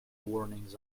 warnings